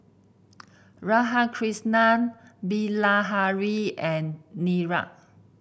Radhakrishnan Bilahari and Niraj